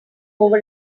over